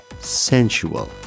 sensual